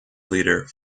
leader